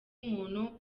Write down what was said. umuntu